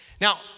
Now